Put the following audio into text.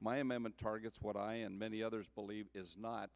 my amendment targets what i and many others believe is not